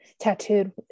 tattooed